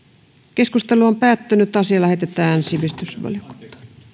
keskustelu on päättynyt asia lähetetään sivistysvaliokuntaan